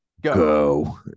go